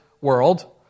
world